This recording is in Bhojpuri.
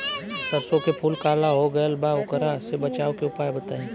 सरसों के फूल काला हो गएल बा वोकरा से बचाव के उपाय बताई?